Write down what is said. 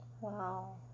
wow